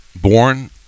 born